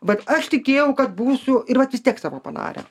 vat aš tikėjau kad būsiu ir vat vis tiek savo padarė